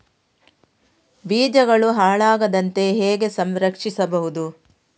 ಬೀಜಗಳು ಹಾಳಾಗದಂತೆ ಹೇಗೆ ಸಂರಕ್ಷಿಸಬಹುದು?